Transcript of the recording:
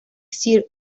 sir